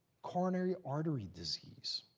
coronary artery disease,